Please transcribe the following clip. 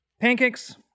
Pancakes